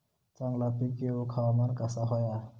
चांगला पीक येऊक हवामान कसा होया?